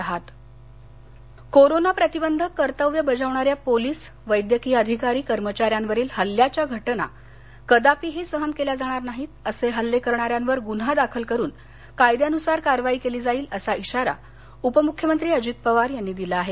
corona Ajit Pawar corona प्रतिबंधक कर्तव्य बजावणाऱ्या पोलीस वैद्यकीय अधिकारी कर्मचाऱ्यांवरील हल्ल्याच्या घटना कदापिही सहन केल्या जाणार नाहीत असे हल्ले करणाऱ्यांवर गुन्हा दाखल करुन कायद्यानुसार कारवाई केली जाईल असा इशारा उपमुख्यमंत्री अजित पवार यांनी दिला आहे